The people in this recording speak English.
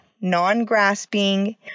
non-grasping